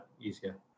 easier